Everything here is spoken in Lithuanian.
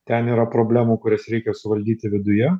ten yra problemų kurias reikia suvaldyti viduje